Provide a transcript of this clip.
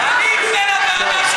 אני אגיש תלונה לוועדה,